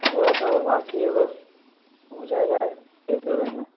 थोड़ा सा और बाकी है बस हो जाएगा एक दो दिन में